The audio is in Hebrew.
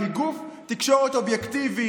כי גוף תקשורת אובייקטיבי,